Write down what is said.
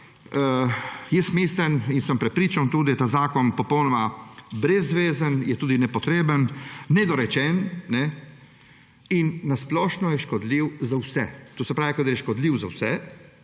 Mislim in sem prepričan tudi, ta zakon je popolnoma brezvezen, je tudi nepotreben, nedorečen in na splošno je škodljiv za vse. To se pravi, ko je škodljiv za vse,